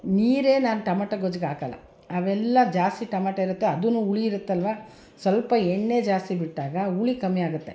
ನೀರೇನು ನಾನು ಟೊಮಟೊ ಗೊಜ್ಜಿಗೆ ಹಾಕೋಲ್ಲ ಅವೆಲ್ಲ ಜಾಸ್ತಿ ಟೊಮಟೊ ಇರುತ್ತೆ ಅದೂ ಹುಳಿ ಇರುತ್ತಲ್ವ ಸ್ವಲ್ಪ ಎಣ್ಣೆ ಜಾಸ್ತಿ ಬಿಟ್ಟಾಗ ಹುಳಿ ಕಮ್ಮಿಯಾಗುತ್ತೆ